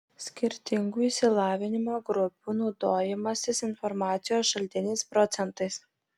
skirtingų išsilavinimo grupių naudojimasis informacijos šaltiniais procentais